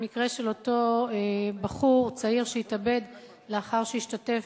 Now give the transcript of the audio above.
המקרה של אותו בחור צעיר שהתאבד לאחר שהשתתף